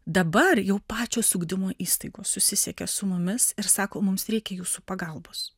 dabar jau pačios ugdymo įstaigos susisiekia su mumis ir sako mums reikia jūsų pagalbos